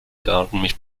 garmisch